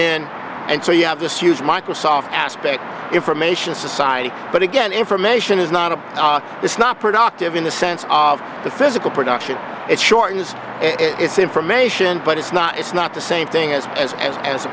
in and so you have this use microsoft aspect information society but again information is not a it's not productive in the sense of the physical production it shortens it's information but it's not it's not the same thing as as as as a